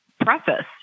preface